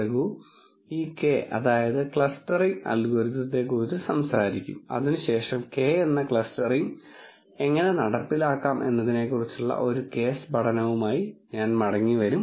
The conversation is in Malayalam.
രഘു ഈ k അതായത് ക്ലസ്റ്ററിംഗ് അൽഗോരിതത്തെക്കുറിച്ച് സംസാരിക്കും അതിനുശേഷം k എന്ന ക്ലസ്റ്ററിംഗ് എങ്ങനെ നടപ്പിലാക്കാം എന്നതിനെക്കുറിച്ചുള്ള ഒരു കേസ് പഠനവുമായി ഞാൻ മടങ്ങിവരും